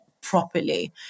properly